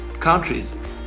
countries